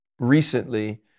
recently